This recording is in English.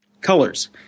Colors